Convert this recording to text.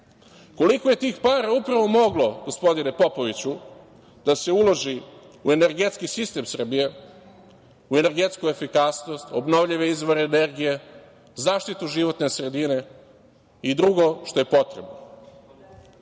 Koliko je tih para upravo moglo, gospodine Popoviću, da se uloži u energetski sistem Srbije, u energetsku efikasnost, obnovljive izvore energije, zaštitu životne sredine i drugo što je potrebno. Na